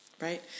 right